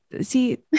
See